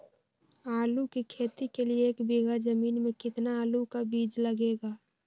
आलू की खेती के लिए एक बीघा जमीन में कितना आलू का बीज लगेगा?